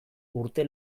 urte